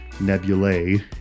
nebulae